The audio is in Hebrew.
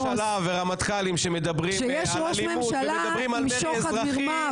כשיש ראש ממשלה ורמטכ"לים שמדברים על אלימות ומדברים על מרי אזרחי,